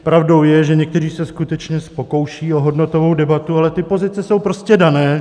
Pravdou je, že někteří se skutečně pokoušejí o hodnotovou debatu, ale ty pozice jsou prostě dané.